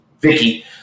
vicky